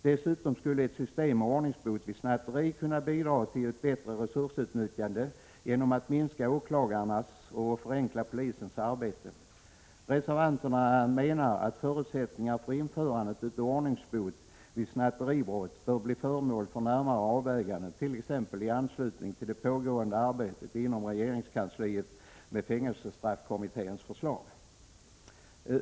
Dessutom skulle ett system med ordningsbot vid snatteri kunna bidra till ett bättre resursutnyttjande genom att man därmed minskade åklagarnas och förenklade polisens arbete. Reservanterna menar att frågan om förutsättningarna för ett införande av ordningsbot vid snatteribrott bör bli föremål för närmare avväganden, t.ex. i anslutning till det pågående arbetet inom regeringskansliet med fängelsestraffkommitténs förslag.